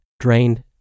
Drained